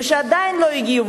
ושעדיין לא הגיעו,